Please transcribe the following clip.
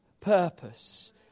purpose